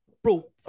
Bro